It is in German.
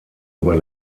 über